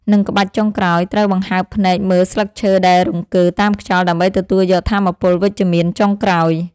និងក្បាច់ចុងក្រោយ ត្រូវបង្ហើបភ្នែកមើលស្លឹកឈើដែលរង្គើតាមខ្យល់ ដើម្បីទទួលយកថាមពលវិជ្ជមានចុងក្រោយ។